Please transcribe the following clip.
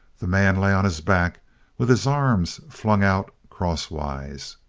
the man lay on his back with his arms flung out cross-wise.